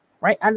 right